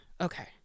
okay